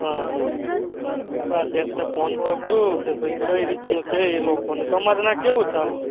હં હં મેં કહ્યું આ શેઠને ફોન તો કરું કે ભાઈ કઈ રીતનું છે એ લોકોને તમારે ત્યાં કેવું ચાલે છે